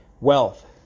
Wealth